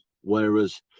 whereas